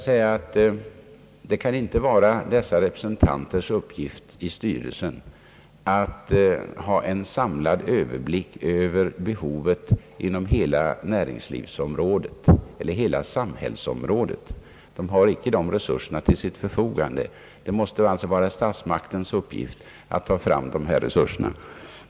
Det kan väl inte vara dessa representanters uppgift i styrelsen att ha en samlad överblick över behoven inom hela samhällsområdet. De har inte de resurserna till sitt förfogande. Det måste alltså vara statsmakternas uppgift att skapa resurserna.